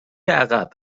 عقب